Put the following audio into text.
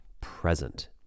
present